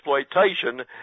exploitation